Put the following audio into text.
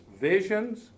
Visions